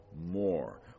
more